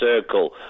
circle